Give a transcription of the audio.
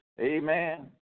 Amen